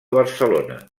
barcelona